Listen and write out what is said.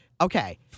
Okay